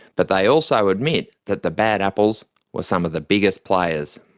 but they also admit that the bad apples were some of the biggest players.